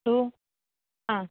अस्तु आ